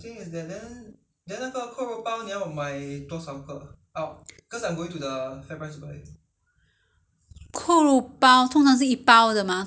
你们你们吃三你就知道 lor 你们你们三个就八片 mah 八片就是八个 lor so eighth pieces so if one packet you have eight pieces or